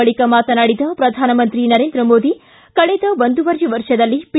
ಬಳಿಕ ಮಾತನಾಡಿದ ಪ್ರಧಾನಮಂತ್ರಿ ನರೇಂದ್ರ ಮೋದಿ ಕಳೆದ ಒಂದುವರೆ ವರ್ಷದಲ್ಲಿ ಖಿ